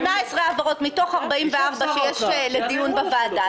הם מבקשים רק 18 העברות מתוך 44 שיש לדיון בוועדה,